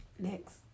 Next